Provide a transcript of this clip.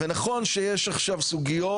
נכון שיש עכשיו סוגיות,